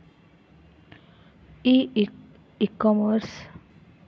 ఈ ecommerce platform స్థానిక ఆహారం కోసం రూపొందించబడిందా?